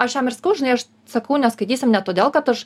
aš jam ir sakau žinai aš sakau neskaitysim ne todėl kad aš